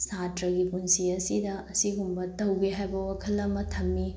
ꯁꯥꯇ꯭ꯔꯒꯤ ꯄꯨꯟꯁꯤ ꯑꯁꯤꯗ ꯑꯁꯤꯒꯨꯝꯕ ꯇꯧꯒꯦ ꯍꯥꯏꯕ ꯋꯥꯈꯜ ꯑꯃ ꯊꯝꯃꯤ